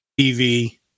TV